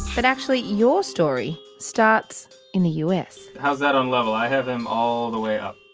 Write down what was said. but actually, your story starts in the us? how's that on level? i have them all the way up.